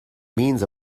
means